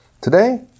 Today